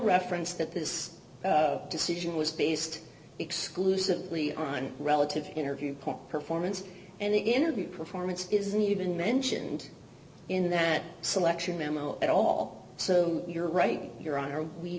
reference that this decision was based exclusively on relative interview point performance and the interview performance isn't even mentioned in that selection memo at all so you're right your honor we